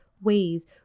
ways